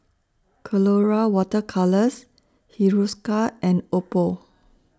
Colora Water Colours Hiruscar and Oppo